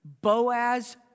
Boaz